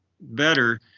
better